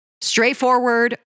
Straightforward